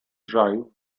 drive